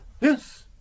Yes